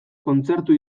kontzertu